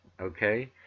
Okay